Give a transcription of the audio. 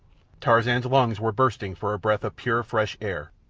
tarzan's lungs were bursting for a breath of pure fresh air.